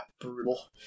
brutal